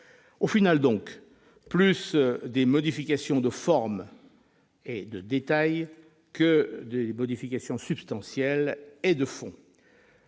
Au final, il s'agit de modifications de forme et de détail plus que de modifications substantielles et de fond.